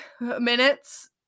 minutes